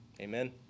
Amen